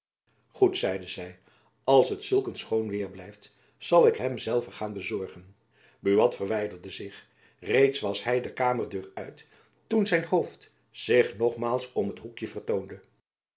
goed zeide zy als het zulk schoon weer blijft zal ik hem zelve gaan bezorgen buat verwijderde zich reeds was hy de kamerjacob van lennep elizabeth musch deur uit toen zijn hoofd zich nogmaals om t hoekjen